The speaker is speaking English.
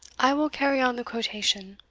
i will carry on the quotation